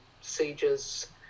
sieges